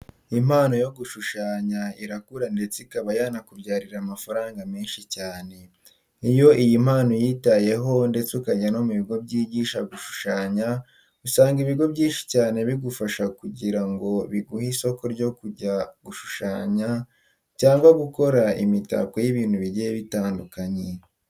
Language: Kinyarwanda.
Impano yo gushushanya irakura ndetse ikaba yanakubyarira amafaranga menshi cyane. Iyo iyi mpano uyitayeho ndetse ukajya no mu bigo byigisha gushushanya usanga ibigo byinshi cyane bigushaka kugira ngo biguhe isoko ryo kujya gushushanya cyangwa gukora imitako y'ibintu bigiye bitandukanye.